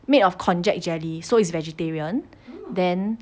made of konjac jelly so it's vegetarian then